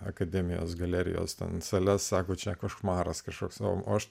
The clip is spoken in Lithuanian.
akademijos galerijos sales sako čia košmaras kažkoks o